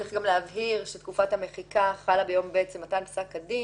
צריכים להבהיר שתקופת המחיקה חלה ביום מתן פסק הדין.